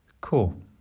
Cool